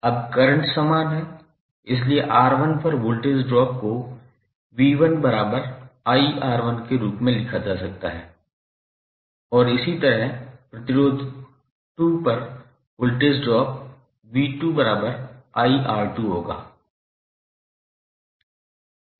अब करंट समान है इसलिए R1 पर वोल्टेज ड्रॉप को 𝑣1𝑖𝑅1 के रूप में लिखा जा सकता है और इसी तरह प्रतिरोध 2 पर वोल्टेज ड्रॉप 𝑣2𝑖𝑅2 होगा